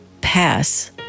pass